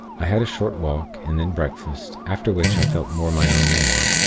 i had a short walk, and then breakfast after which i felt more my own man,